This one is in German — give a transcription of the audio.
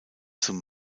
zum